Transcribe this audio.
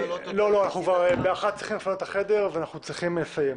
אנחנו באחת צריכים לפנות את החדר ואנחנו צריכים לסיים.